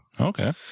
okay